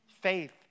Faith